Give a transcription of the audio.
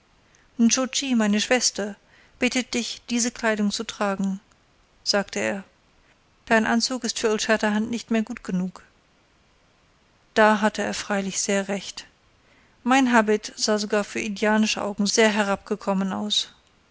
meine schwester bittet dich diese kleidung zu tragen sagte er dein anzug ist für old shatterhand nicht mehr gut genug da hatte er freilich sehr recht mein habit sah sogar für indianische augen sehr herabgekommen aus